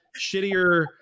shittier